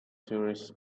tourists